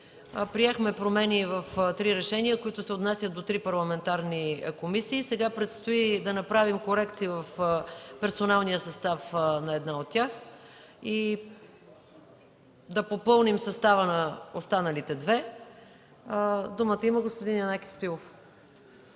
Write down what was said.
Приехме промени в три решения, които се отнасят до три парламентарни комисии. Сега предстои да направим корекция в персоналния състав на една от тях и да попълним състава на останалите две. Думата има господин Янаки Стоилов.